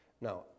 Now